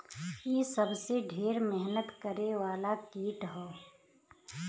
इ सबसे ढेर मेहनत करे वाला कीट हौ